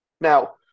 Now